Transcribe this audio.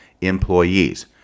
employees